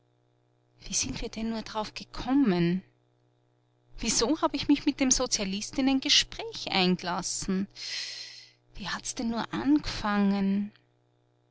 wie sind wir denn nur d'rauf gekommen wieso hab ich mich mit dem sozialisten in ein gespräch eingelassen wie hat's denn nur angefangen